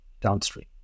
downstream